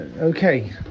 okay